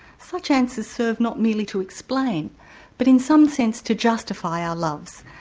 such answers serve not merely to explain but in some sense to justify our loves.